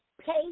pay